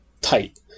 tight